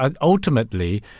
ultimately